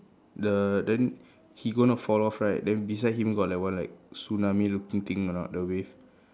the then he going to fall off right then beside him got that one right tsunami looking thing or not the wave